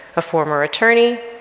a former attorney,